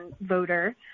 voter